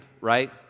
right